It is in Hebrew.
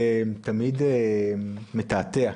זה תמיד מתעתע.